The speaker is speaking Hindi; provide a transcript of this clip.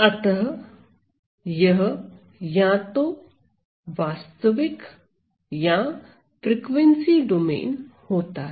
अतः यह या तो वास्तविक या फ्रिकवेंसी डोमेन होता है